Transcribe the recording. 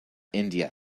india